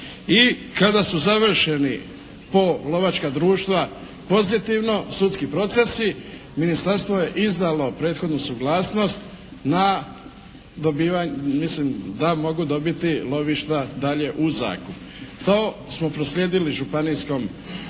I kada su završeni po lovačka društva pozitivno sudski procesi ministarstvo je izdalo prethodnu suglasnost da mogu dobiti lovišta dalje u zakup. To smo proslijedili županijskom uredu,